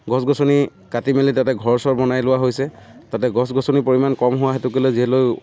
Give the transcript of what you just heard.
গছ গছনি কাটি মেলি তাতে ঘৰ চৰ বনাই লোৱা হৈছে তাতে গছ গছনিৰ পৰিমাণ কম হোৱা হেতুকে লৈ যিহেতু